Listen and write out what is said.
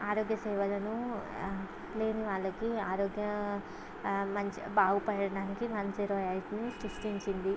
ఆరోగ్య సేవలను నేను వాళ్ళకి ఆరోగ్య మం బాగుపడడానికి వన్ జీరో ఎయిట్ని సృష్టించింది